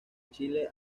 chile